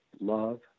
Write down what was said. love